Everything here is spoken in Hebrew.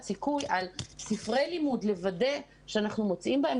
סיכוי על ספרי לימוד לוודא שאנחנו מוצאים בהם,